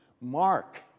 Mark